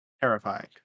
Terrifying